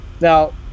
Now